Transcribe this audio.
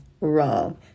wrong